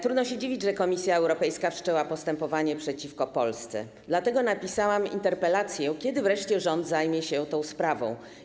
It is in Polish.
Trudno się dziwić, że Komisja Europejska wszczęła postępowanie przeciwko Polsce, dlatego napisałam interpelację, kiedy wreszcie rząd zajmie się tą sprawą.